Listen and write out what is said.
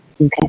Okay